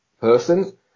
Person